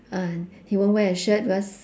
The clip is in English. uh he won't wear a shirt because